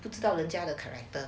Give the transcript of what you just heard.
不知道人家的 character